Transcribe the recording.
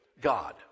God